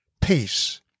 peace